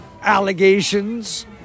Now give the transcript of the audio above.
allegations